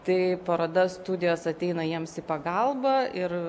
tai paroda studijos ateina jiems į pagalbą ir